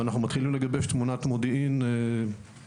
ואנחנו מתחילים לגבש תמונת מודיעין טובה